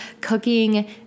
cooking